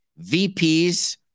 VPs